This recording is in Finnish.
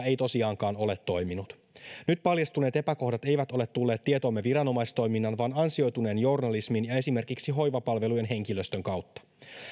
ei tosiaankaan ole toiminut nyt paljastuneet epäkohdat eivät ole tulleet tietoomme viranomaistoiminnan vaan ansioituneen journalismin ja esimerkiksi hoivapalvelujen henkilöstön kautta